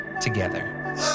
together